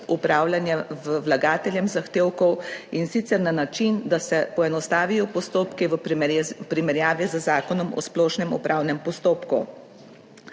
upravljanje z vlagateljem zahtevkov in sicer na način, da se poenostavijo postopki v primerjavi z Zakonom o splošnem upravnem postopku.